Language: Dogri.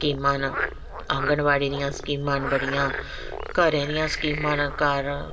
स्किमां न अंगनबाडी दियां स्किमां न बड़ी बड़ियां घरें दियां स्किमां न घर